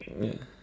yeah